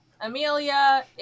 Amelia